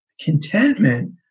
contentment